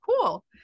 cool